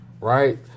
right